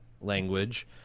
language